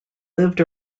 lived